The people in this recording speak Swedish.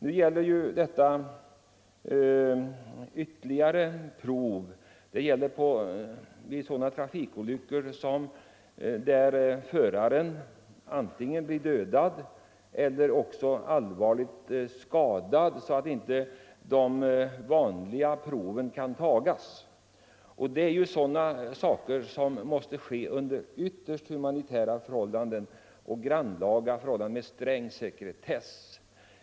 I reservationen föreslås nu ytterligare prov, nämligen vid sådana trafikolyckor där föraren blir antingen dödad eller så allvarligt skadad att de vanliga proven inte kan tas. Att göra sådana prov är en grannlaga uppgift som måste utföras under humanitära förhållanden och sträng sekretess.